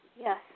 Yes